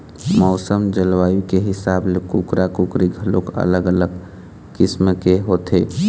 मउसम, जलवायु के हिसाब ले कुकरा, कुकरी घलोक अलग अलग किसम के होथे